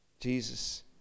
Jesus